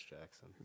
Jackson